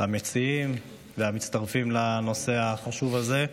המציעים והמצטרפים לנושא החשוב הזה,